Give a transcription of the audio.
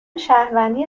شهروندی